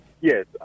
Yes